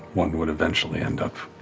one would eventually end up